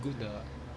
good 的